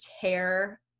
tear